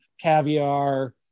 Caviar